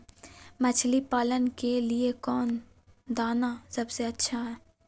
मछली पालन के लिए कौन दाना सबसे अच्छा है?